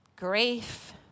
Grief